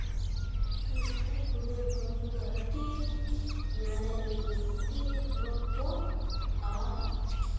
ᱦᱮᱸ ᱟᱞᱮ ᱯᱩᱨᱩᱞᱤᱭᱟᱹ ᱦᱚᱱᱚᱛ ᱨᱮᱫᱚ ᱟᱹᱰᱤ ᱢᱟᱱᱮ ᱟᱹᱰᱤᱜᱮ ᱯᱚᱨᱚᱵᱽ ᱠᱚ ᱯᱟᱞᱟᱣᱟ